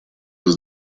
was